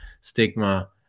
stigma